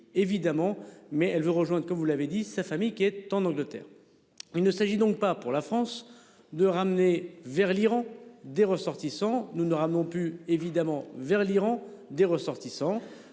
évidemment mais elle veut rejoindre comme vous l'avez dit, sa famille qui est en Angleterre. Il ne s'agit donc pas pour la France de ramener vers l'Iran des ressortissants nous ne ramenons pu évidemment vers l'Iran des ressortissants